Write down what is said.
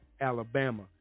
Alabama